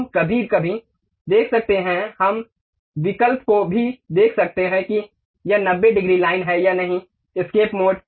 हम कभी कभी देख सकते हैं हम इस विकल्प को भी देख सकते हैं कि यह 90 डिग्री लाइन है या नहीं एस्केप मोड